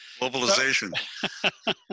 Globalization